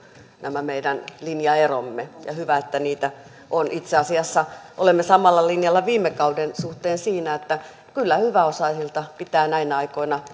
nämä meidän linjaeromme ja hyvä että niitä on itse asiassa olemme samalla linjalla viime kauden suhteen siinä että kyllä hyväosaisilta pitää näinä aikoina